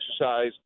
exercise